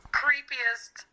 creepiest